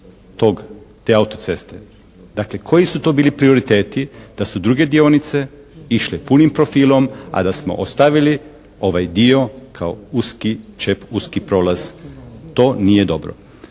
1/3 te auto-ceste. Dakle, koji su bili prioriteti da su druge dionice išle punim profilom, a da smo ostavili ovaj dio kao uski čep, kao uski prolaz? To nije dobro.